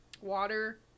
water